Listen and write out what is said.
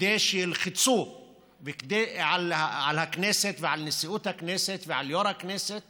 כדי שילחצו על הכנסת ועל נשיאות הכנסת ועל יו"ר הכנסת